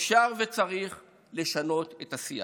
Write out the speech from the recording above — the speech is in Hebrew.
אפשר וצריך לשנות את השיח.